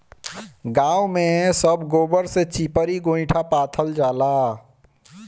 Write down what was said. गांव में सब गोबर से चिपरी गोइठा पाथल जाला